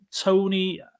Tony